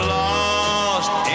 lost